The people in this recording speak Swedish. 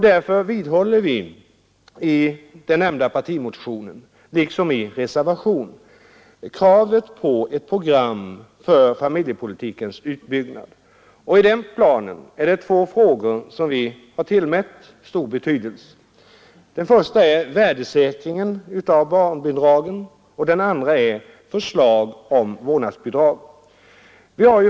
Därför vidhåller vi i den nämnda partimotionen liksom i reservationen kravet på ett program för familjepolitikens utbyggnad. I den planen är det två frågor som vi tillmätt stor betydelse. Den första är värdesäkring av barnbidraget, och den andra är förslag om vårdnadsbidrag.